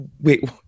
wait